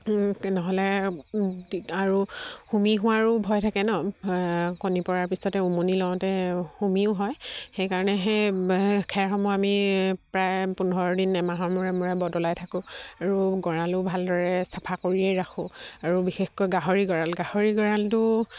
নহ'লে আৰু হুমি হোৱাৰো ভয় থাকে নহ্ কণী পৰাৰ পিছতে উমনি লওঁতে হুমিও হয় সেইকাৰণে সেই খেৰসমূহ আমি প্ৰায় পোন্ধৰ দিন এমাহৰ মূৰে মূৰে বদলাই থাকোঁ আৰু গঁৰালো ভালদৰে চাফা কৰিয়েই ৰাখোঁ আৰু বিশেষকৈ গাহৰি গঁৰাল গাহৰি গঁৰালটো